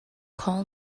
call